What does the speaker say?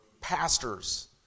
pastors